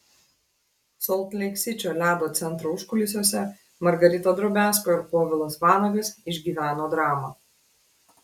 solt leik sičio ledo centro užkulisiuose margarita drobiazko ir povilas vanagas išgyveno dramą